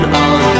on